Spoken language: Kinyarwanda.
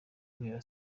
guhera